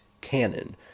canon